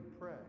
pray